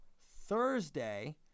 Thursday